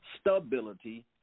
stability